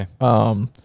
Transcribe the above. Okay